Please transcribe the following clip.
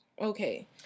Okay